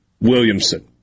Williamson